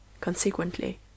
Consequently